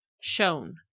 shown